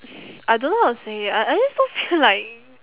I don't know how to say I I just don't feel like